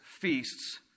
feasts